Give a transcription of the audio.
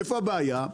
איפה הבעיה?